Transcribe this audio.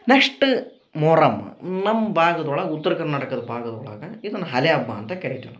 next Muharram ನಮ್ಮ ಭಾಗದ್ ಒಳಗ ಉತ್ರ ಕರ್ನಾಟಕದ ಭಾಗದ್ ಒಳಗ ಇದನ್ನ ಹಲೆ ಅಬ್ಬ ಅಂತ ಕರಿತಿವಿ ನಾವು